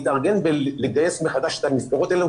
להתארגן ולגייס מחדש את המסגרות האלו.